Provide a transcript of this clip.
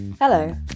Hello